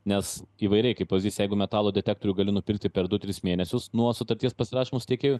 nes įvairiai kaip pavyzdys jeigu metalo detektorių gali nupirkti per du tris mėnesius nuo sutarties pasirašymo su tiekėju